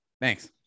thanks